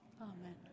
Amen